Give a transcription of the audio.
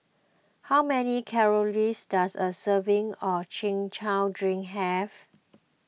how many calories does a serving of Chin Chow Drink have